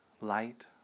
light